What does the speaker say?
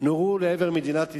נורו לעבר מדינת ישראל,